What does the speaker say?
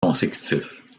consécutif